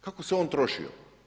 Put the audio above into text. Kako se on trošio?